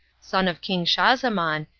son of king schahzaman,